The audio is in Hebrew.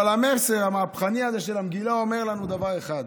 אבל המסר המהפכני הזה של המגילה אומר לנו דבר אחד: